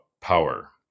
power